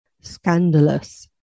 Scandalous